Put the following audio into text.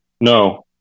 No